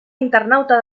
internauta